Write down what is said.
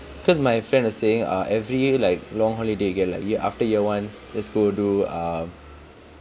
cause my friend was saying err every like long holiday you get like year after year one let's go do err